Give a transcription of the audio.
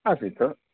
आसीत्